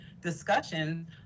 discussion